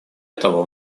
того